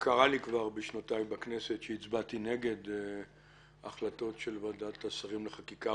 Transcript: בשנותיי בכנסת שהצבעתי נגד החלטות של ועדת שרים לחקיקה,